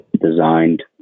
designed